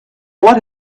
what